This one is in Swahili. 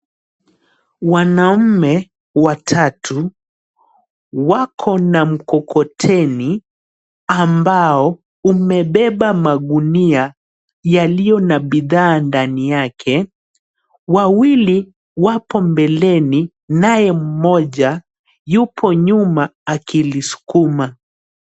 Wanaume watatu wako na mkokoteni ambao umebeba magunia yaliyo na bidhaa ndani yake. Wawili wapo mbeleni naye mmoja yupo nyuma akilisukuma.